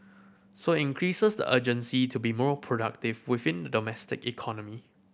so increases the urgency to be more productive within the domestic economy